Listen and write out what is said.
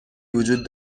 وجود